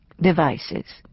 devices